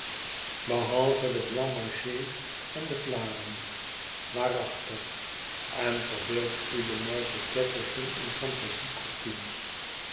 behalve de blancmange en de vladen waarachtig en verbeeld u de meisjes gattleton in fantasie